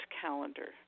calendar